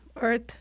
Earth